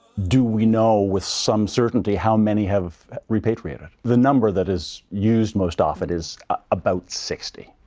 do we know with some certainty how many have repatriated? the number that is used most often is about sixty.